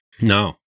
No